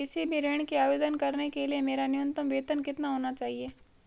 किसी भी ऋण के आवेदन करने के लिए मेरा न्यूनतम वेतन कितना होना चाहिए?